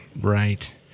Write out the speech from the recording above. Right